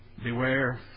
Beware